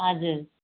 हजुर